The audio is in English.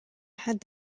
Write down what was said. had